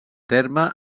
terme